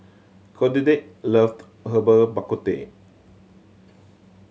Clotilde loved Herbal Bak Ku Teh